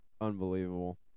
Unbelievable